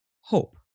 hope